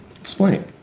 Explain